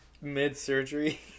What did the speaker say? Mid-surgery